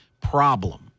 problem